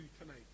tonight